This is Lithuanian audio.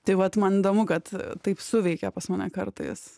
tai vat man įdomu kad taip suveikė pas mane kartais